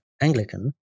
Anglican